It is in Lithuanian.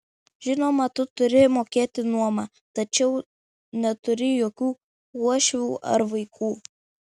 žinoma tu turi mokėti nuomą tačiau neturi jokių uošvių ar vaikų